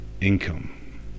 income